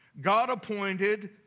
God-appointed